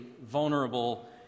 vulnerable